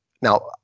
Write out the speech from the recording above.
now